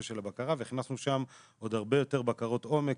של הבקרה והכנסנו שם עוד הרבה יותר בקרות עומק.